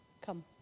come